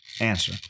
answer